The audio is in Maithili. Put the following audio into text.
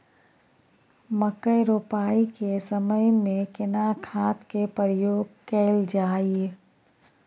मकई रोपाई के समय में केना खाद के प्रयोग कैल जाय?